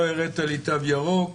לא הראית לי תו ירוק,